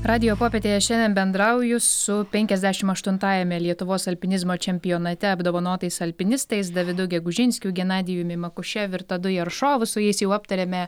radijo popietėje šiandien bendrauju su penkiasdešim aštuntajame lietuvos alpinizmo čempionate apdovanotais alpinistais davidu gegužinskiu genadijumi makušev ir tadu jeršovu su jais jau aptarėme